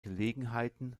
gelegenheiten